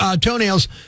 toenails